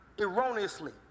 erroneously